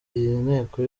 inteko